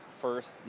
first